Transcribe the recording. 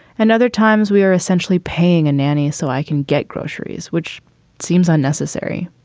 and other times we are essentially paying a nanny so i can get groceries, which seems unnecessary.